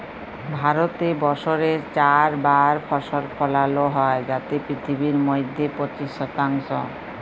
ভারতে বসরে চার বার ফসল ফলালো হ্যয় যাতে পিথিবীর মইধ্যে পঁচিশ শতাংশ